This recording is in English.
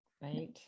right